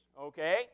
okay